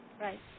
Right